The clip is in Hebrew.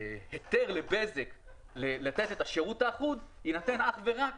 וההיתר לבזק לתת את השירות האחוד יינתן אך ורק